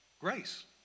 Grace